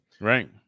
Right